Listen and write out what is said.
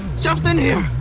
geoff's in here,